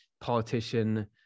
politician